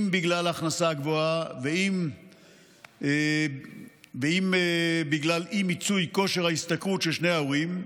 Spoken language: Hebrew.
אם בגלל הכנסה גבוהה ואם בגלל אי-מיצוי כושר ההשתכרות של שני ההורים,